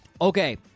Okay